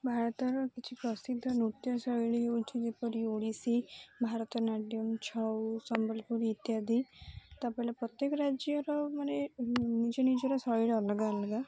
ଭାରତର କିଛି ପ୍ରସିଦ୍ଧ ନୃତ୍ୟ ଶୈଳୀ ହେଉଛି ଯେପରି ଓଡ଼ିଶୀ ଭାରତନାଟ୍ୟମ ଛଉ ସମ୍ବଲପୁର ଇତ୍ୟାଦି ତା'ପରେ ପ୍ରତ୍ୟେକ ରାଜ୍ୟର ମାନେ ନିଜ ନିଜର ଶୈଳୀ ଅଲଗା ଅଲଗା